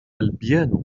البيانو